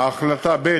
ב.